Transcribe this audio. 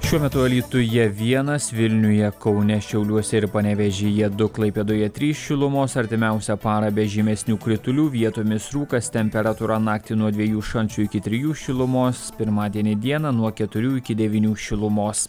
šiuo metu alytuje vienas vilniuje kaune šiauliuose ir panevėžyje du klaipėdoje trys šilumos artimiausią parą be žymesnių kritulių vietomis rūkas temperatūra naktį nuo dviejų šalčio iki trijų šilumos pirmadienį dieną nuo keturių iki devynių šilumos